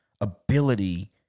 ability